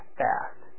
fast